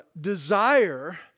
desire